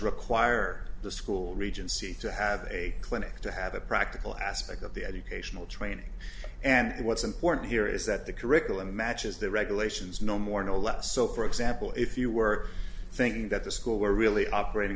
require the school regency to have a clinic to have a practical aspect of the educational training and what's important here is that the curriculum matches the regulations no more no less so for example if you were thinking that the school were really operating